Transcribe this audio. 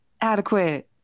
adequate